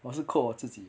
我是 quote 我自己